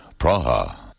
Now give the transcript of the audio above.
Praha